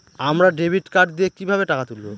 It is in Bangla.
আমরা ডেবিট কার্ড দিয়ে কিভাবে টাকা তুলবো?